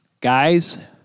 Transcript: Guys